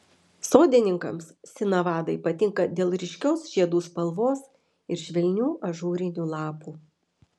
sodininkams sinavadai patinka dėl ryškios žiedų spalvos ir švelnių ažūrinių lapų